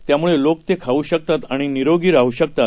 त्यामुळे लोक ते खाऊ शकतात आणि निरोगी राहू शकतात